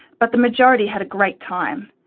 but the majority had a great time.